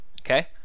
Okay